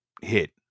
hit